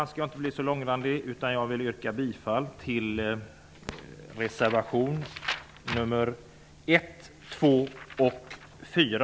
Jag skall inte bli så långrandig utan yrkar bifall till reservation nr 1, 2 och 4.